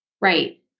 Right